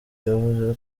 yavuze